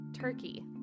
turkey